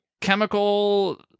chemical